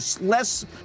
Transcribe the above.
less